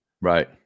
Right